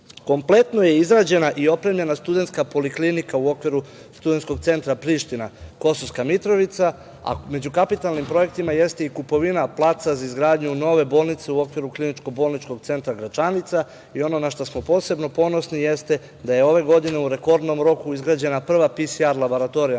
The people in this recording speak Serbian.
Mitrovica. Kompletno je izrađena i opremljena studentska poliklinika u okviru Studentskog centra Priština, Kosovska Mitrovica. Među kapitalnim projektima jeste i kupovina placa za izgradnju nove bolnice u okviru Kliničko bolničkog centra Gračanica i ono na šta smo posebno ponosni jeste da je ove godine u rekordnom roku izgrađena prva PSR laboratorija